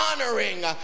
honoring